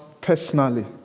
personally